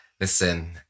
Listen